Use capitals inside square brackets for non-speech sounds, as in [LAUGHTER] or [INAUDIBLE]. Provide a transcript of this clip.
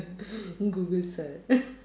[BREATH] google sear~ [LAUGHS]